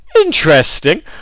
Interesting